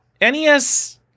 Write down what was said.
NES